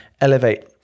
elevate